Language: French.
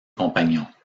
compagnons